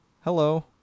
hello